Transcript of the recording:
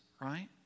right